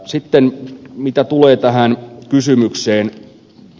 sitten mitä tulee tähän kysymykseen ed